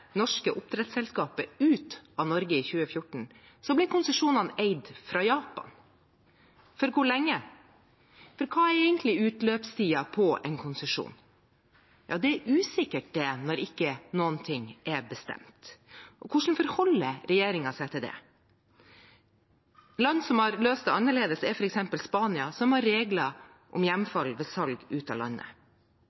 norske oppdrettsselskapet ut av Norge i 2014, ble konsesjonene eid fra Japan. For hvor lenge? Hva er egentlig utløpstiden på en konsesjon? Det er usikkert når ingenting er bestemt. Hvordan forholder regjeringen seg til det? Land som har løst det annerledes, er f.eks. Spania, som har regler om